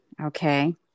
Okay